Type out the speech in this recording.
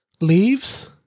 leaves